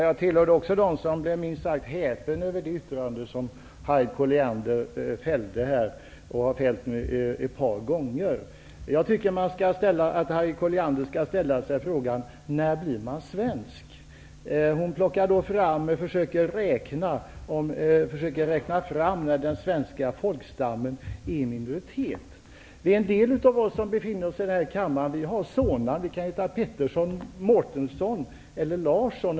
Herr talman! Jag är också en av dem som blev minst sagt häpen över det yttrande som Harriet Colliander har fällt ett par gånger. Jag tycker att Harriet Colliander skall ställa sig frågan: När blir man svensk? Hon försöker räkna fram när den svenska folkstammen är i minoritet. En del av oss som befinner oss i den här kammaren har son-namn. Vi kan heta Pettersson, Mårtensson eller Larsson.